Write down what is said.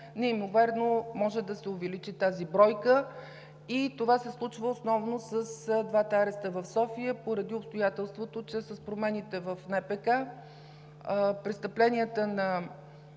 бройка може да се увеличи неимоверно. Това се случва основно с двата ареста в София, поради обстоятелството, че с промените в НПК престъпленията на